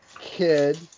kid